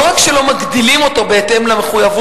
לא רק שלא מגדילים אותו בהתאם למחויבות